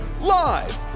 Live